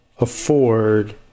afford